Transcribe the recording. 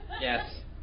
Yes